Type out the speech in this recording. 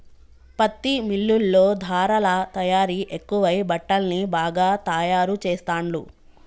పత్తి మిల్లుల్లో ధారలా తయారీ ఎక్కువై బట్టల్ని బాగా తాయారు చెస్తాండ్లు